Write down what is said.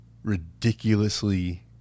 Ridiculously